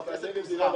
הכנסת פוזרה,